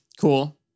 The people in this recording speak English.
cool